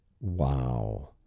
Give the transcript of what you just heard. Wow